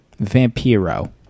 Vampiro